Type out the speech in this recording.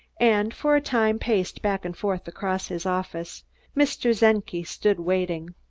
and for a time paced back and forth across his office mr. czenki stood waiting.